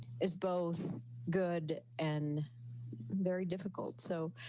is both good and very difficult so